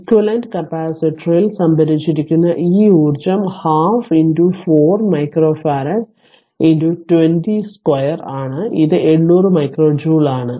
equivalent കപ്പാസിറ്ററിൽ സംഭരിച്ചിരിക്കുന്ന ഈ ഊർജ്ജം 12 4 മൈക്രോഫറാഡ് 20 2 ആണ് ഇത് 800 മൈക്രോ ജൂൾ ആണ്